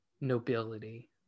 nobility